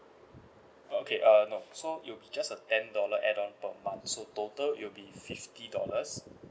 oh okay uh no so it will be just a ten dollar add on per month so total it will be fifty dollars